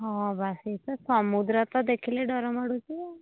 ହଁ ବାକି ତ ସମୁଦ୍ର ତ ଦେଖିଲେ ଡ଼ର ମାଡ଼ୁଛି